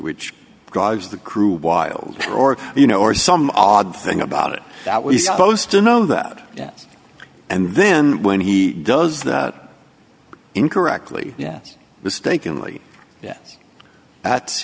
which drives the crew wild or you know or some odd thing about it that we supposed to know that yet and then when he does that incorrectly yes mistakenly yes at